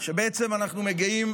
בעצם אנחנו מגיעים